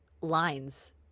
lines